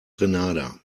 grenada